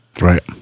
right